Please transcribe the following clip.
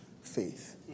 faith